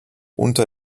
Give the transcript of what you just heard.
unter